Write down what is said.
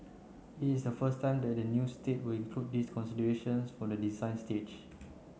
it is the first time that a new estate will include these considerations for the design stage